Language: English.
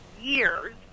years